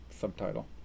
subtitle